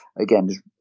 again